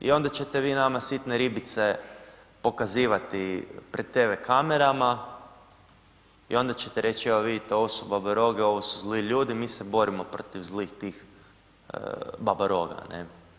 I onda ćete vi nama sitne ribice pokazivati pred tv kamerama i onda ćete reći evo vidite ovo su babaroge, ovo su zli ljudi, mi se borimo protiv zlih tih babaroga, ne.